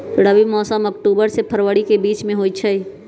रबी मौसम अक्टूबर से फ़रवरी के बीच में होई छई